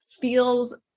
feels